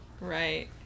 right